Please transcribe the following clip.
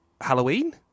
Halloween